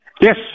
Yes